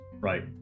Right